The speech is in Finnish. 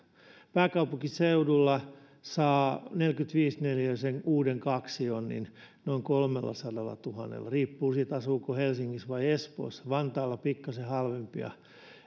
pääkaupunkiseudulla saa neljäkymmentäviisi neliöisen uuden kaksion noin kolmellasadallatuhannella riippuu siitä asuuko helsingissä vai espoossa vantaalla on pikkaisen halvempia